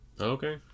Okay